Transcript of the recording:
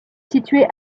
situé